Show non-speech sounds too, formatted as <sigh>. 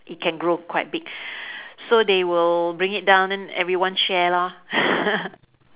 it can grow quite big <breath> so they will bring it down then everyone share lor <laughs>